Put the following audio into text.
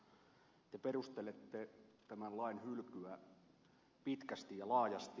te perustelette tämän lain hylkyä pitkästi ja laajasti